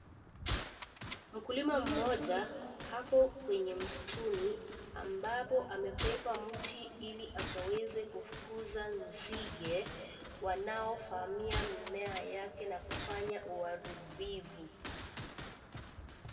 Mkulima mmoja ako kwenye msituni, ambapo amebeba mti ili akaweze kufukuza nzige, wanao vamia mimea yake na kufanya uharibifu.